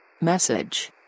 Message